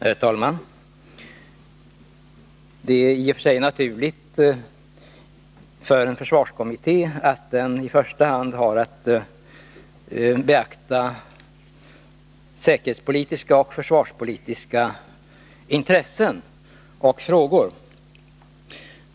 Herr talman! Det är i och för sig naturligt att en försvarskommitté i första hand har att beakta säkerhetspolitiska och försvarspolitiska intressen och nedläggning av frågor.